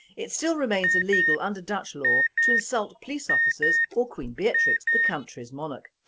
it still remains illegal under dutch law to insult police officers or queen beatrix, the countryis monarch.